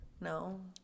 No